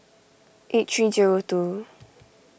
eight three zero two